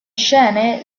scene